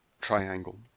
triangle